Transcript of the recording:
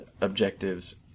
objectives